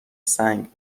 سنگ